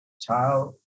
child